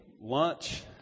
lunch